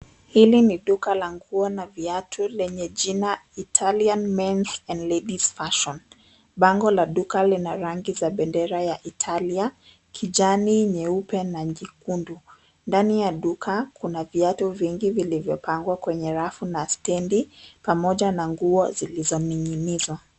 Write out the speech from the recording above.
Hili ni duka la nguo na viatu lenye jina Italian Men's and Ladies Fashion . Bango la duka lina rangi za bendera ya Italia, kijani, nyeupe na nyekundu. Ndani ya duka kuna viatu vingi vilivyopangwa kwenye rafu na stendi pamoja na nguo zilizoning’nizwa.